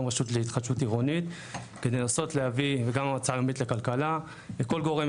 גם הרשות להתחדשות עירונית וגם המועצה הלאומית לכלכלה וכל גורם